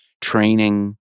training